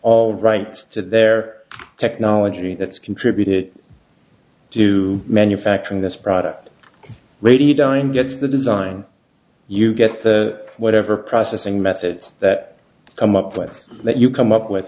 all rights to their technology that's contributed to manufacturing this product radii dime gets the design you get the whatever processing methods that come up with that you come up with